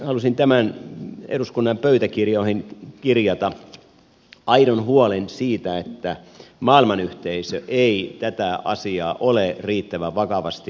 halusin tämän eduskunnan pöytäkirjoihin kirjata aidon huolen siitä että maailmanyhteisö ei tätä asiaa ole riittävän vakavasti hoitanut